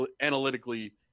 analytically